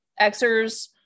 Xers